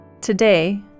Today